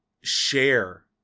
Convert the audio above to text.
share